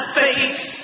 face